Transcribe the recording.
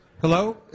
Hello